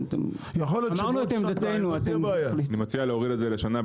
אני מציע להוריד את זה לשנה,